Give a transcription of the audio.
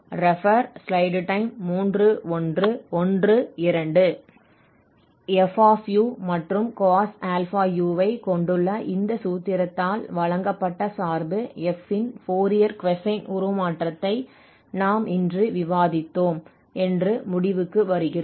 f மற்றும் cos αu ஐ கொண்டுள்ள இந்த சூத்திரத்தால் வழங்கப்பட்ட சார்பு f இன் ஃபோரியர் கொசைன் உருமாற்றத்தை நாம் இன்று விவாதித்தோம் என்று முடிவுக்கு வருகிறோம்